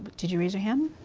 did you raise your hand?